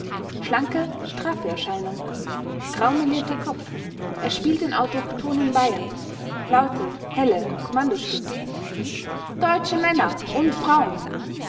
schlanke straffe erscheinung graumelierter kopf er spielt den autochthonen bayern laute helle kommandostimme deutsche männer und frauen